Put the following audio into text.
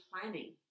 planning